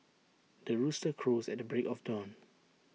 the rooster crows at the break of dawn